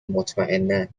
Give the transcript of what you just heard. مطمئنا